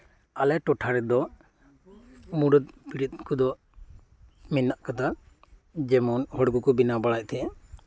ᱟᱞᱮᱴᱚᱴᱷᱟ ᱨᱮᱫᱚ ᱢᱩᱲᱩᱫ ᱵᱤᱨᱤᱫ ᱠᱚᱫᱚ ᱢᱮᱱᱟᱜ ᱟᱠᱟᱫᱟ ᱡᱮᱢᱚᱱ ᱦᱚᱲᱠᱚᱠᱚ ᱵᱮᱱᱟᱣ ᱵᱟᱲᱟᱭᱮᱫ ᱛᱟᱦᱮᱸᱫ ᱟ